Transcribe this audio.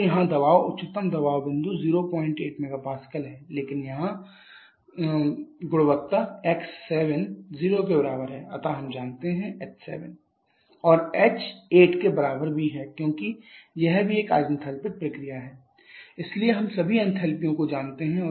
तो यहाँ दबाव उच्चतम दबाव बिंदु 08 MPa है लेकिन यहाँ x7 0 अतः हम जानते हैं कि h7hgP7 और यह h8 के बराबर भी है क्योंकि यह भी एक आइन्थेलेपिक प्रक्रिया है इसलिए हम सभी एनथेलपियों को जानते हैं